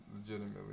legitimately